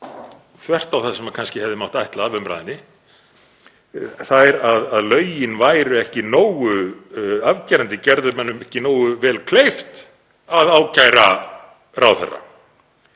þvert á það sem kannski hefði mátt ætla af umræðunni, þ.e. að lögin væru ekki nógu afgerandi, gerðu mönnum ekki nógu vel kleift að ákæra ráðherra.